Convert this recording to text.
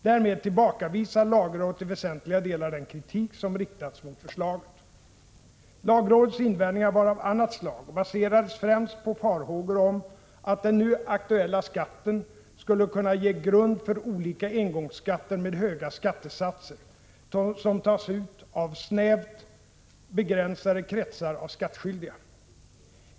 Därmed tillbakavisar lagrådet i väsentliga delar den kritik som riktats mot förslaget. Lagrådets invändningar var av annat slag och baseras främst på farhågor om att den nu aktuella skatten skulle kunna ge grund för olika engångsskatter med höga skattesatser, som tas ut av snävt begränsade kretsar av skattskyldiga.